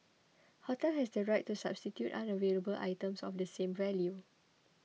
hotel has the right to substitute unavailable items of the same value